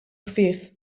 ħfief